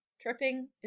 tripping